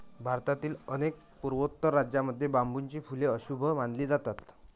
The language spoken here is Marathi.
भारतातील अनेक पूर्वोत्तर राज्यांमध्ये बांबूची फुले अशुभ मानली जातात